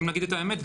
אם נגיד את האמת,